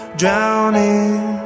drowning